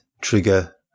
trigger